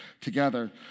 Together